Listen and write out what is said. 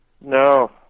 No